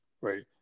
Right